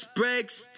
breaks